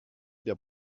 der